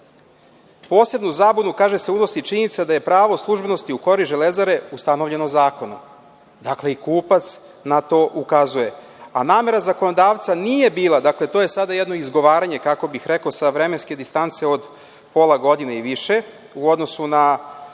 zabunu kaže se, unosi činjenica da je pravo službenosti u korist „Železare“ ustanovljena u zakonu. Dakle, i kupac na to ukazuje. A namera zakonodavca nije bila, dakle, to je sada jedno izgovaranje kako bih rekao, sa vremenske distance od pola godine i više u odnosu na